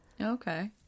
okay